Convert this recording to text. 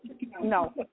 No